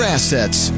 Assets